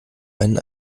einen